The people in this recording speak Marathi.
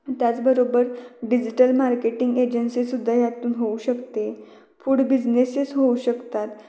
त्याचबरोबर डिजिटल मार्केटिंग एजन्सीसुद्धा यातून होऊ शकते फूड बिजनेसेस होऊ शकतात